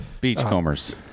Beachcombers